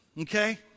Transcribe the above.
okay